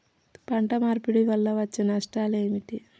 పంట మార్పిడి వల్ల వచ్చే నష్టాలు ఏమిటి?